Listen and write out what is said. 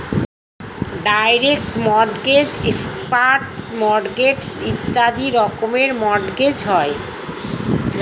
direct mortgage, expert mortgage ইত্যাদি রকমের mortgage হয়